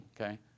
okay